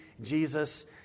Jesus